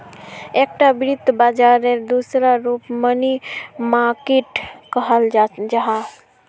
एकता वित्त बाजारेर दूसरा रूप मनी मार्किट कहाल जाहा